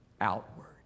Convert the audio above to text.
outward